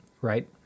Right